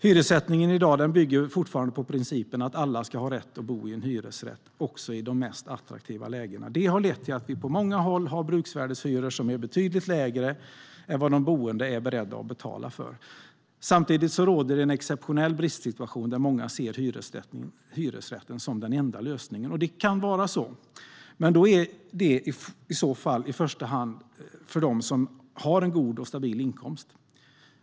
Hyressättningen bygger i dag fortfarande på principen att alla ska ha rätt att bo i en hyresrätt, även i de mest attraktiva lägena. Det har lett till att vi på många håll har bruksvärdeshyror som är betydligt lägre än vad de boende är beredda att betala. Samtidigt råder en exceptionell bristsituation, där många ser hyresrätten som den enda lösningen. Det kan vara så, men i så fall i första hand för dem som har en god och stabil inkomst.